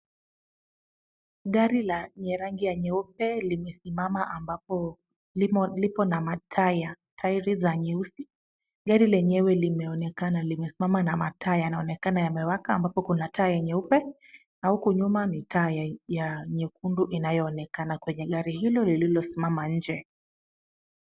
Gari la lenye rangi ya nyeupe, limesimama ambapo lipo na mataa ya tairi za nyeusi, gari lenyewe limeonekana limesimama na mataya yanaonekana yamewaka ambapo kuna taya nyeupe, na huku nyuma ni taya ya nyekundu inayoonekana kwenye gari hilo lililosimama nje.